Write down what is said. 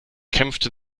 kämpfte